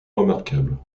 remarquables